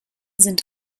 sind